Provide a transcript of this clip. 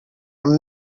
amb